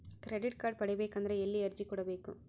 Credit card ಪಡಿಬೇಕು ಅಂದ್ರ ಎಲ್ಲಿ ಅರ್ಜಿ ಕೊಡಬೇಕು?